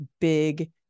big